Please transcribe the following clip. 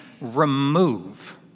remove